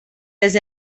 les